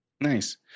Nice